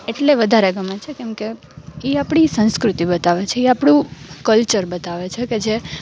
એટલે વધારે ગમે છે કેમ કે એ આપણી સંસ્કૃતિ બતાવે છે એ આપણું કલ્ચર બતાવે છે કે જે